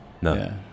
No